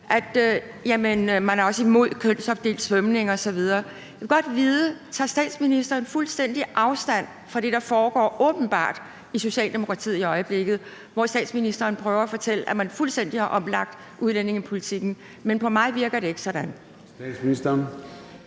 at man også er imod kønsopdelt svømning osv. Jeg vil godt vide, om statsministeren tager fuldstændig afstand fra det, der åbenbart foregår i Socialdemokratiet i øjeblikket, hvor statsministeren prøver at fortælle, at man fuldstændig har omlagt udlændingepolitikken. Men på mig virker det ikke sådan.